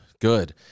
good